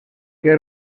que